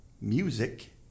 music